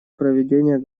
проведения